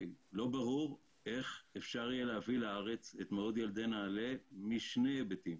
לא ברור איך אפשר יהיה להביא לארץ את מאות ילדי נעל"ה משני היבטים,